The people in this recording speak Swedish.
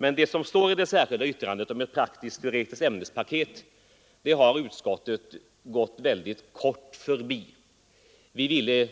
Men vad som står i det särskilda yttrandet om ett praktisktteoretiskt ämnespaket har utskottet väldigt kortfattat gått förbi. Vi ville